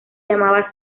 llamaba